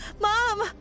Mom